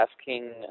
asking